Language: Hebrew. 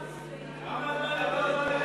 כמה זמן,